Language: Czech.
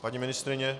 Paní ministryně?